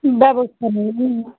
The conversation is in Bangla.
ব্যবস্থা নেই হুম